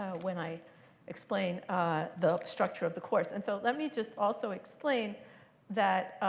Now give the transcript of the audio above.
ah when i explain ah the structure of the course. and so let me just also explain that